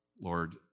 Lord